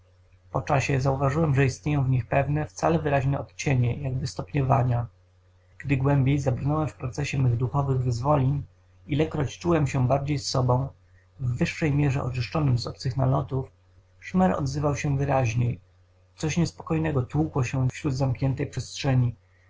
po czasie zauważyłem że istnieją w nich pewne wcale wyraźne odcienie jakby stopniowania gdy głębiej zabrnąłem w procesie mych duchowych wyzwolin ilekroć czułem się bardziej sobą w wyższej mierze oczyszczonym z obcych nalotów szmer odzywał się wyraźniej coś niespokojnego tłukło się wśród zamkniętej przestrzeni